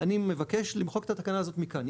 אני מבקש למחוק את התקנה הזאת מכאן.